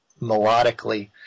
melodically